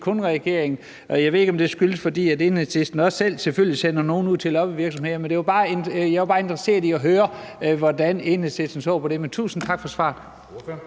i regering. Jeg ved ikke, om det skyldes, at Enhedslisten selvfølgelig også selv sender nogen ud til lobbyvirksomheder. Men jeg var bare interesseret i at høre, hvordan Enhedslisten så på det, så tusind tak for svaret.